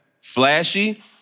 Flashy